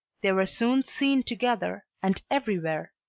they were soon seen together, and everywhere.